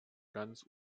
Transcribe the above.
ganz